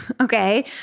Okay